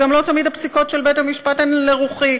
לא תמיד הפסיקות של בית-המשפט הן לרוחי,